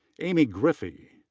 amy griffey.